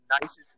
nicest